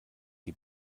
die